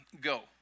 go